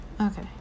Okay